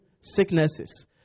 Sicknesses